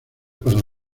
para